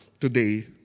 today